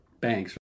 banks